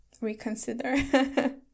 reconsider